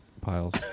piles